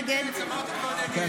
נגד כן,